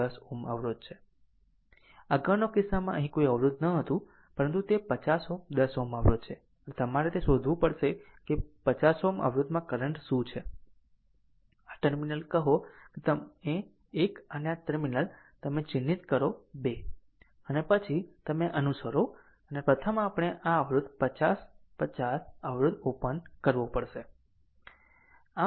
અગાઉના કિસ્સામાં અહીં કોઈ અવરોધ ન હતું પરંતુ એક 50 Ω 10 Ω અવરોધ છે અને તમારે તે શોધવું પડશે કે 50 Ω અવરોધ માં કરંટ શું છે આ ટર્મિનલ કહો કે તમે 1 અને આ ટર્મિનલ તમે ચિહ્નિત કરો છો 2 અને પછી તમે અનુસરો અને આમ પ્રથમ આપણે આ અવરોધ 50 50 અવરોધ ઓપન કરવો પડશે